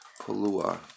Palua